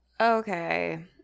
Okay